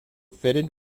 fitted